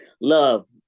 Love